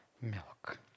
milk